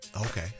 Okay